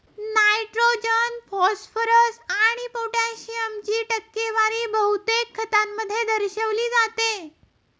nitrogen, phosphorus आणि पोटॅशियमची टक्केवारी बहुतेक खतांमध्ये दर्शविली जाते